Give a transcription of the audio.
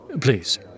Please